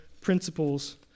principles